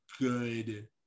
good